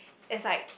inside